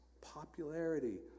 popularity